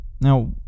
Now